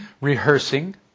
rehearsing